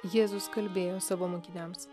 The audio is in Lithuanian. jėzus kalbėjo savo mokiniams